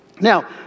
now